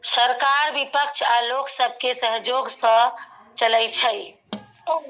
सरकार बिपक्ष आ लोक सबके सहजोग सँ चलइ छै